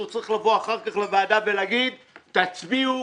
שהוא צריך לבוא אחר כך לוועדה ולהגיד: תצביעו,